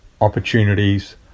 opportunities